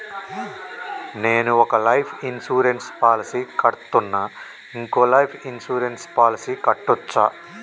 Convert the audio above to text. నేను ఒక life insurance policy కడ్తున్నా, ఇంకో లైఫ్ ఇన్సూరెన్స్ పాలసీ కట్టొచ్చా?